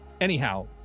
anyhow